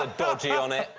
ah dodgy on it,